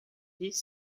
dix